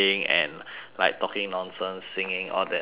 like talking nonsense singing all that nonsense